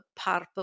PARP